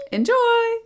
Enjoy